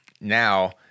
now